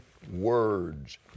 words